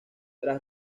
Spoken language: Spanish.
tras